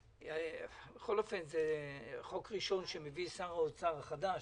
זה חוק ראשון שמביא שר האוצר החדש.